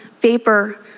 vapor